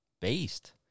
based